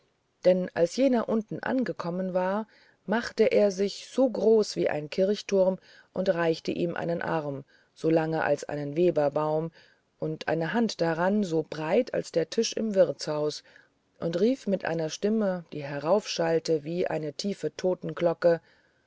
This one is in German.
denn als jener unten angekommen war machte er sich so groß wie ein kirchturm und reichte ihm einen arm so lange als ein weberbaum und eine hand daran so breit als der tisch im wirtshaus und rief mit einer stimme die heraufschallte wie eine tiefe totenglocke